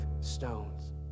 stones